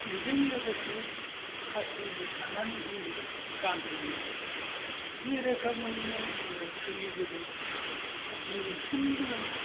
बेजों लोगोसे खासनिबो सानानै होयो गानहोयोमोन बे रोखोमैनो जोङो सोलिबोदों दिनैसिमबो